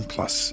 Plus